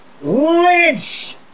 Lynch